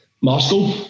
Moscow